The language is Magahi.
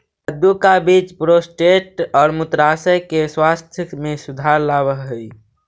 कद्दू का बीज प्रोस्टेट और मूत्राशय के स्वास्थ्य में सुधार लाव हई